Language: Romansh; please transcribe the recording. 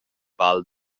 val